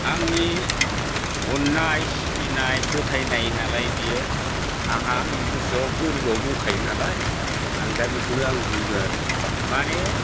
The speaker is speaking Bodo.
आंनि अननाय सिबिनाय फोथायनाय नालाय बेयो आंहा आंनि गोसोआव गोरबोआव दंखायो नालाय आं दा बेखौनो बुंदों आरो माने